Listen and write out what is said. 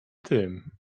tym